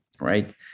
right